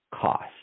cost